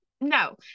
No